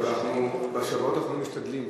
אנחנו בשבועות האחרונים משתדלים,